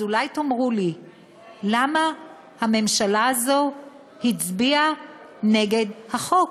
אז אולי תאמרו לי למה הממשלה הזאת הצביעה נגד החוק?